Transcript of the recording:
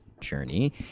journey